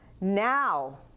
Now